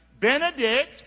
Benedict